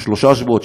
או שלושה שבועות,